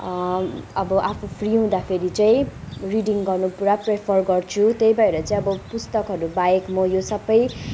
अब आफू फ्री हुँदाखेरि चाहिँ रिडिङ गर्नु पुरा प्रिफर गर्छु त्यही भएर चाहिँ अब पुस्तकहरू बाहेक म यो सबै